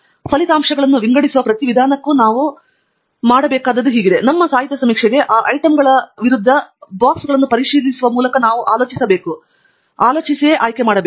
ಫಲಿತಾಂಶಗಳನ್ನು ವಿಂಗಡಿಸುವ ಪ್ರತಿ ವಿಧಾನಕ್ಕೂ ನಾವು ಮಾಡಬೇಕಾದದ್ದು ನಮ್ಮ ಸಾಹಿತ್ಯದ ಸಮೀಕ್ಷೆಗೆ ಆ ಐಟಂಗಳ ವಿರುದ್ಧ ಪೆಟ್ಟಿಗೆಯನ್ನು ಪರಿಶೀಲಿಸುವ ಮೂಲಕ ನಾವು ಆಲೋಚಿಸಬೇಕು ಎಂಬುದನ್ನು ಆಯ್ಕೆ ಮಾಡಬೇಕು